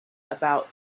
about